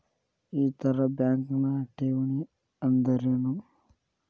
ಇತರ ಬ್ಯಾಂಕ್ನ ಠೇವಣಿ ಅನ್ದರೇನು?